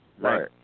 Right